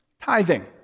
tithing